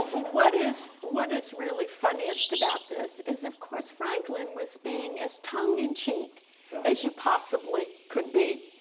what is what is really funniest about this is, of course, franklin was being as tongue-in-cheek as you possibly could be.